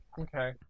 Okay